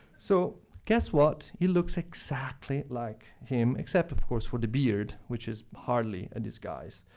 so guess what? he looks exactly like him, except, of course, for the beard, which is hardly a disguise.